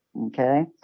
Okay